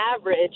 average